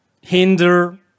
hinder